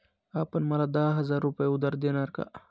आपण मला दहा हजार रुपये उधार देणार का?